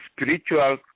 spiritual